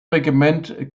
regiment